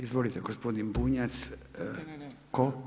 Izvolite gospodin Bunjac. … [[Upadica se ne razumije.]] Tko?